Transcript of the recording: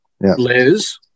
Liz